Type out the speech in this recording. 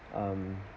um